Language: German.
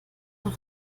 nach